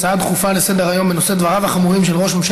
הצעות דחופות לסדר-היום מס' 9537,